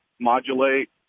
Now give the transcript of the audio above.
modulate